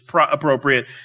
appropriate